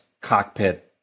cockpit